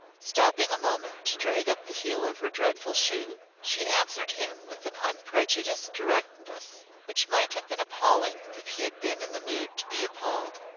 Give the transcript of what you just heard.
stopping a moment to drag up the heel of her dreadful shoe, she answered him with an unprejudiced directness which might have been appalling if he had been in the mood to be appalled.